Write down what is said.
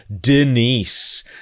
Denise